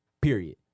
period